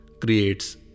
creates